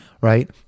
right